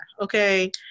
okay